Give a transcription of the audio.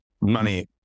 money